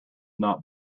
not